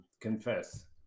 confess